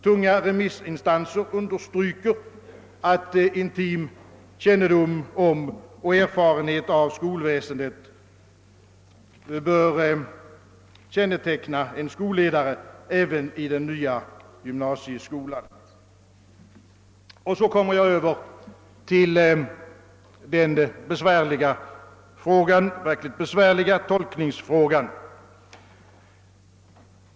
Tunga remissinstanser understryker att intim kännedom om och erfarenhet av skolväsendet bör känneteckna en skolledare även i den nya gymnasieskolan. Jag skall sedan övergå till den verkligt besvärliga tolkningsfrågan.